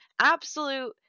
absolute